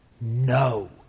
no